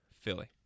philly